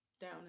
down